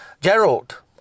Gerald